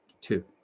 two